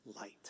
light